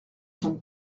sommes